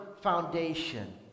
foundation